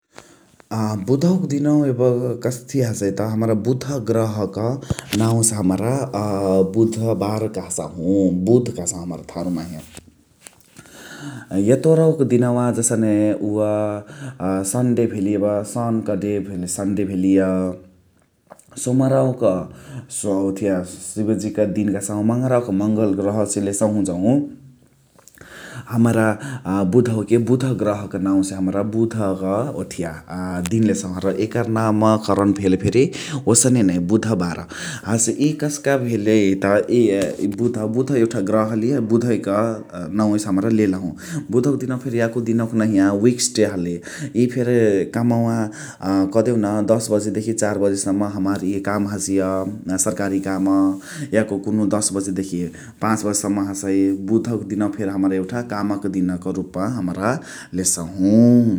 आ बुधउवा क दिनवा यब कथी हसइ त बुध गर्हक नाउ से हमरा बुधबार कह्सहु । बुध कह्सहु हमरा थारु माहे । एतोरउक दिनवा जसने उव सन्डे भेलिय सुन क डे भेलिय सन्डे । सोमराउक ओथिया सिबजी क दिन कह्सहु । मङरावा क ,मङल गर्ह से लेसहु जउ हमरा बुधउवा के बुध गर्ह क नाउ से हमरा बुध क ओथिया दिन लेसहु । इकर नाम कणर्न भेले फेरी ओसने नइ बुधबार । हसे इ कस्का भेलइ त इ बुध्, बुध यौठा गर्ह हलिय बुधइ क नाउ से हमरही लेलहु । बुधइक दिनवा फेरी याको दिनवा उइक्स डे हलिय । इ फेरी कमवा कह्देउ न दस बजे देखी चार बजे सम्म हमार इय काम हसिय सर्कारी काम याको कुनुहु दस बजे देखी पाच बजे सम्म हसइ । बुधउका दिनवा यउठा काम क दिन क रुप्मा हमरा लेसशु ।